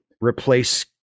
replace